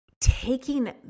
taking